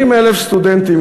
80,000 סטודנטים,